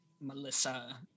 Melissa